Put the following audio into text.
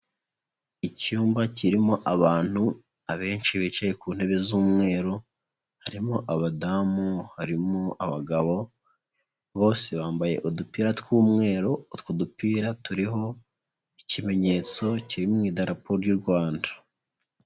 Icyumba kirimo abantu abenshi bicaye ku ntebe z'umweru, harimo abadamu, harimo abagabo, bose bambaye udupira tw'umweru, utwo dupira turiho ikimenyetso kiri mu Idarapode y'u Rwanda.